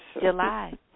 July